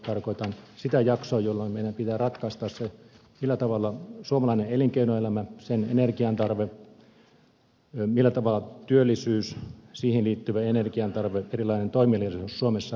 tarkoitan sitä jaksoa jolloin meidän pitää ratkaista se millä tavalla suomalaisen elinkeinoelämän energiantarve millä tavalla työllisyys siihen liittyvä energiantarve erilainen toimeliaisuus suomessa ratkaistaan